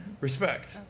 Respect